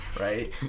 right